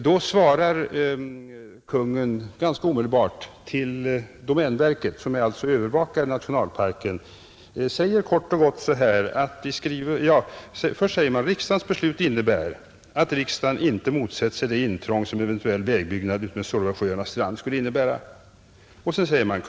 Jag tycker att det är litet underligt att Kungl. Maj:t då omedelbart svarade till domänverket, som alltså övervakar nationalparken: ”Riksdagens beslut innebär bl.a. att riksdagen inte motsätter sig det intrång som en eventuell vägbyggnad utmed Suorvasjöarnas strand skulle innebära.” Vidare skriver Kungl. Maj:t: ”Kungl.